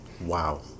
Wow